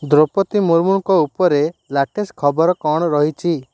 ଦ୍ରୌପଦୀ ମୁର୍ମୁଙ୍କ ଉପରେ ଲାଟେଷ୍ଟ ଖବର କ'ଣ ରହିଛି